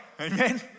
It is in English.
amen